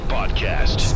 Podcast